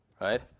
right